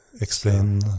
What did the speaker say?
explain